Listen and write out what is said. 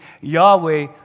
Yahweh